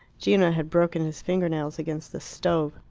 gino had broken his finger-nails against the stove.